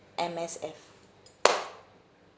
M_S_F